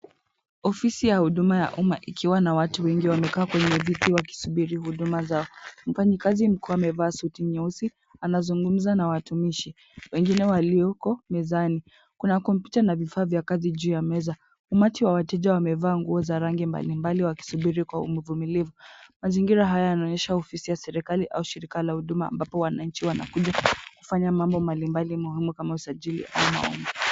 Ofisi ya huduma ya umma ikiwa na watu wengi wamekaa kwenye viti wakisubiri huduma zao, mfanyikazi mkuu amevaa suti nyeusi, anazungumza na watumishi, wengine walioko mezani. Kuna kompyuta na vifaa vya kazi juu ya meza, umati wa wateja wamevaa nguo za rangi mabali mbali wakisubiri kwa uvumilivu. Mazingira haya yanaonyesha ofisi ya serikali au shirika la huduma ambapo wananchi wanakuja kufanya mambo mbalimbali muhimu kama usajili ama umma.